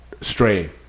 stray